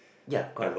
ya got